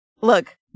look